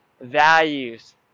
values